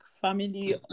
family